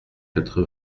quatre